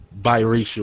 biracial